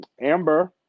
Amber